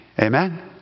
Amen